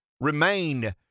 remain